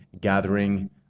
gathering